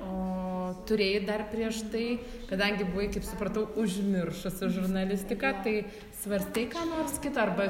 o turėjai dar prieš tai kadangi buvai kaip supratau užmiršusi žurnalistiką tai svarstei ką nors kita arba